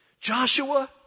Joshua